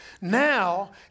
now